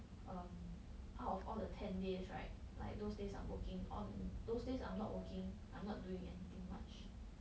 um out of all the ten days right like those days I'm working on those days I'm not working I'm not doing anything much